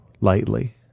lightly